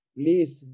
please